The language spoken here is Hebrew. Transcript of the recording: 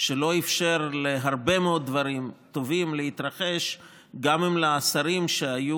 שלא אפשר להרבה מאוד דברים טובים להתרחש גם אם לשרים שהיו